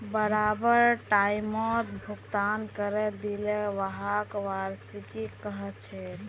बराबर टाइमत भुगतान करे दिले व्हाक वार्षिकी कहछेक